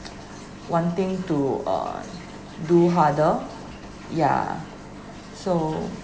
wanting to uh do harder ya so